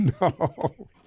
No